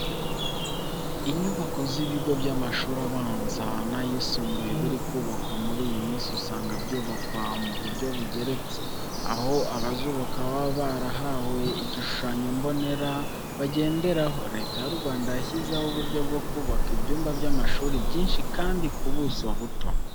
Inyubako z'ibigo by'amashuri abanza n'ayisumbuye biri kubakwa muri iyi minsi usanga byubakwa mu buryo bugeretse, aho abazubaka baba barahawe igishushanyo mbonera bagenderaho. Leta y'u Rwanda yashyizeho uburyo bwo kubaka ibyumba by'amashuri byinshi kandi ku buso buto.